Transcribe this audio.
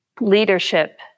leadership